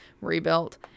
rebuilt